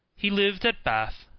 he lived at bath,